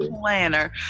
planner